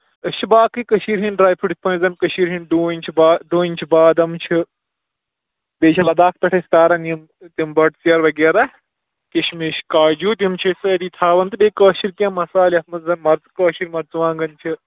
أسۍ چھِ باقٕے کٔشیٖرِ ہِندۍ ڈرٛاے فرٛوٗٹ یِتھ پٲٹھۍ زَن کٔشیٖرِ ہِنٛدۍ ڈوٗنۍ چھِ با ڈوٗنۍ چھِ بادام چھِ بیٚیہِ چھِ لَداخ پٮ۪ٹھ أسۍ تاران یِم تِم بۄٹہٕ ژیرٕ وغیرہ کِشمِش کاجوٗ تِم چھِ أسۍ سٲری تھاوان تہٕ بیٚیہِ کٲشِرۍ کیٚنہہ مَصالہٕ یَتھ منٛز زَن مَرٕژ کٲشِرۍ مَرژٕوانٛگَن چھِ